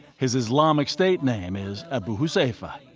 his islamic state name is abu huzaifa.